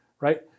right